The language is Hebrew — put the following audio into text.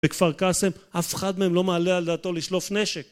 בכפר קאסם אף אחד מהם לא מעלה על דעתו לשלוף נשק